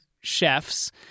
chefs